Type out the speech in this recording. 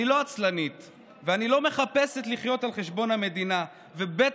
אני לא עצלנית ואני לא מחפשת לחיות על חשבון המדינה ובטח